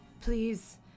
Please